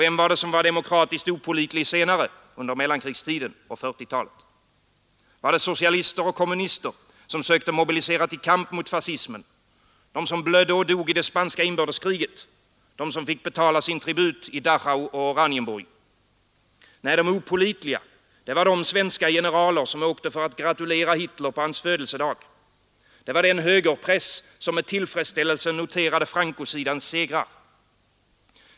Vem var det som var demokratiskt opålitlig under mellankrigstiden och 1940-talet? Var det socialister och kommunister som sökte mobilisera till kamp mot fascismen, som blödde och dog i det spanska inbördeskriget, som fick betala sin tribut i Dachau och Oranienburg? Nej, de opålitliga var de svenska generaler, som åkte för att gratulera Hitler på hans födelsedag. Det var den högerpress som med tillfredsställelse noterade Francosidans segrar.